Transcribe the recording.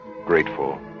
grateful